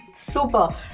Super